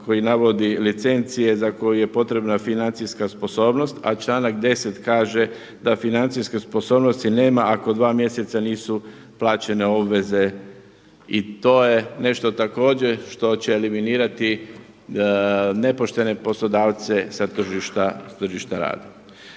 koji navodi licencije za koju je potrebna financijska sposobnost, a članak 10. kaže da financijske sposobnosti nema ako dva mjeseca nisu plaće obveze i to je nešto također što će eliminirati nepoštene poslodavce sa tržišta rada.